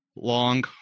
long